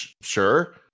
sure